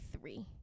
three